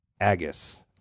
Agus